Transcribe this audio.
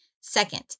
Second